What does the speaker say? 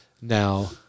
now